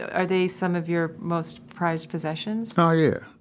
are they some of your most prized possessions? oh yeah.